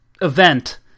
event